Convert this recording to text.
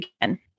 again